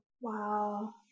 Wow